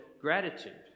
gratitude